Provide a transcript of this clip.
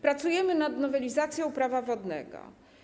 Pracujemy nad nowelizacją Prawa wodnego.